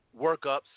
workups